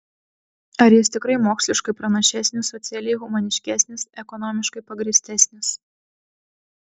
ar jis tikrai moksliškai pranašesnis socialiai humaniškesnis ekonomiškai pagrįstesnis